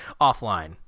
offline